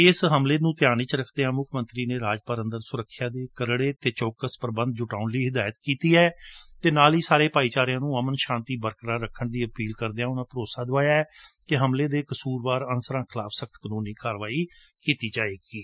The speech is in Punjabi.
ਇਸ ਹਮਲੇ ਨੂੰ ਧਿਆਨ ਵਿੱਚ ਰੱਖਦਿਆਂ ਮੁੱਖ ਮੰਤਰੀ ਨੇ ਰਾਜ ਭਰ ਅੰਦਰ ਸੁਰੱਖਿਆ ਦੇ ਕਰੜੇ ਅਤੇ ਚੌਕਸ ਪ੍ਬੰਧ ਜੁਟਾਉਣ ਲਈ ਹਿਦਾਇਤ ਕੀਤੀ ਹੈ ਅਤੇ ਨਾਲ਼ ਹੀ ਸਾਰੇ ਭਾਈਚਾਰਿਆਂ ਨੂੰ ਅਮਨ ਸ਼ਾਤੀ ਬਰਕਰਾਰ ਰੱਖਣ ਦੀ ਅਪੀਲ ਕਰਦਿਆਂ ਅਨੂਂ ਭਰੋਸਾ ਦਵਾਇਐ ਕਿ ਹਮਲੇ ਦੇ ਕਸੂਰਵਾਰ ਅੰਸਰਾਂ ਖਿਲਾਫ ਕਾਨੂੰਨੀ ਕਾਰਵਾਈ ਕੀਤੀ ਜਾਵੇਗੀ